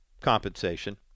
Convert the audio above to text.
compensation